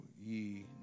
ye